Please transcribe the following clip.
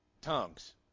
Tongues